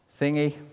thingy